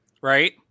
Right